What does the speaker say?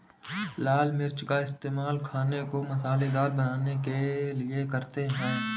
लाल मिर्च का इस्तेमाल खाने को मसालेदार बनाने के लिए करते हैं